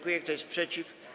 Kto jest przeciw?